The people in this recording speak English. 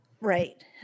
Right